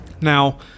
Now